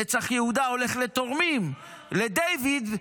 נצח יהודה הולך לתורמים, לדיוויד.